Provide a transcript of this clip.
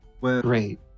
Great